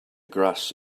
grass